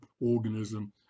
organism